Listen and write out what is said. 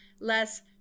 less